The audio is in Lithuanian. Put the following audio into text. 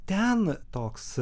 ten toks